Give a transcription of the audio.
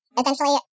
essentially